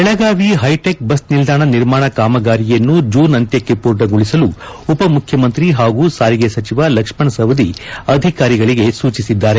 Belagavi hitech bus ನಿಲ್ದಾಣ ನಿರ್ಮಾಣ ಕಾಮಗಾರಿಯನ್ನು ಜೂನ್ ಅಂತ್ಯಕ್ಷೆ ಪೂರ್ಣಗೊಳಿಸಲು ಉಪ ಮುಖ್ಯಮಂತ್ರಿ ಹಾಗೂ ಸಾರಿಗೆ ಸಚಿವ ಲಕ್ಷ್ಣ ಸವದಿ ಅಧಿಕಾರಿಗಳಿಗೆ ಸೂಚಿಸಿದ್ದಾರೆ